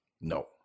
No